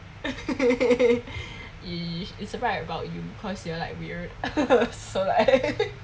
he is right about you cause you are like weird so like